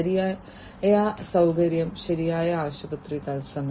ശരിയായ സൌകര്യം ശരിയായ ആശുപത്രി തത്സമയം